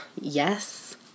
Yes